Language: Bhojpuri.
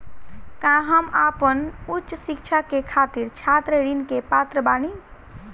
का हम आपन उच्च शिक्षा के खातिर छात्र ऋण के पात्र बानी?